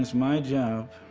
my job